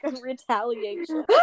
retaliation